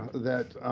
that